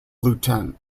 lieut